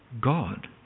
God